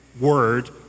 word